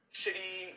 shitty